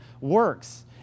works